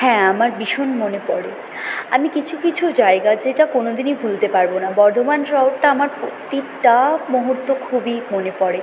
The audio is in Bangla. হ্যাঁ আমার ভীষণ মনে পড়ে আমি কিছু কিছু জায়গা যেটা কোনদিনই ভুলতে পারবো না বর্ধমান শহরটা আমার প্রতিটা মুহুর্ত খুবই মনে পড়ে